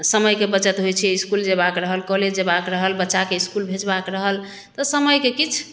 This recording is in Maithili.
समयके बचत होइत छै इसकुल जयबाक रहल कॉलेज जयबाक रहल बच्चाके इसकुल भेजबाके रहल तऽ समयके किछु